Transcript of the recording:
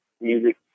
music